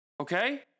okay